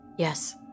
Yes